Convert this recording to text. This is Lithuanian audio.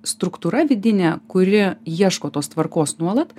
struktūra vidinė kuri ieško tos tvarkos nuolat